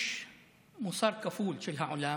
יש מוסר כפול של העולם.